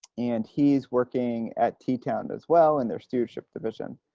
and he's working at teatown as well in their stewardship division.